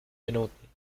minuten